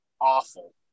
awful